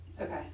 Okay